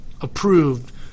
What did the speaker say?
approved